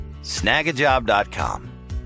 snagajob.com